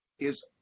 is,